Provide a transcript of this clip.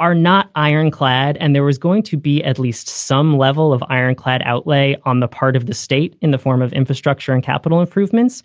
are not ironclad. and there was going to be at least some level of ironclad outlay on the part of the state in the form of infrastructure and capital improvements.